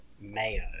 mayo